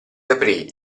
aprì